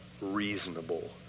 reasonable